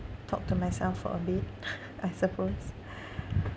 talk to myself for a bit I suppose